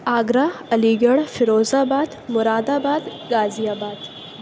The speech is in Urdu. Agra Aligarh Firozabad Moradabad غازی آباد